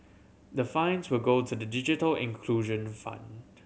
the fines will go to the digital inclusion fund